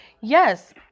Yes